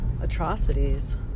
atrocities